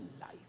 life